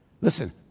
Listen